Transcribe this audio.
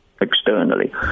externally